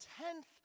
tenth